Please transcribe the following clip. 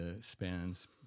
spans